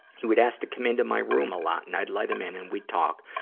he would ask to come into my room a lot, and i'd let him in and we'd talk.